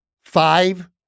Five